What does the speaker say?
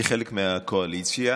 כחלק מהקואליציה.